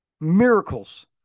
Miracles